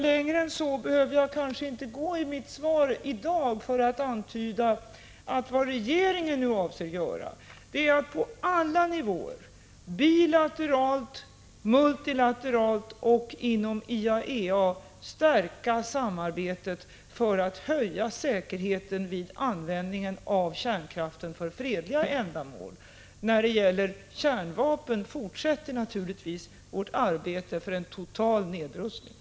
Längre än så behöver jag kanske inte gå i mitt svar för att antyda att regeringen nu avser att på alla nivåer — bilateralt, multilateralt och inom IAEA -— stärka samarbetet för att höja säkerheten vid användning av kärnkraften för fredliga ändamål. När det gäller kärnvapen fortsätter naturligtvis vårt arbete för en total nedrustning.